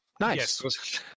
Nice